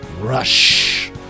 Rush